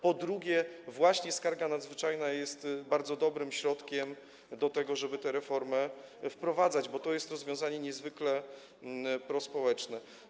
Po drugie, właśnie skarga nadzwyczajna jest bardzo dobrym środkiem do tego, żeby tę reformę wprowadzać, bo to jest rozwiązanie niezwykle prospołeczne.